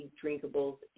drinkables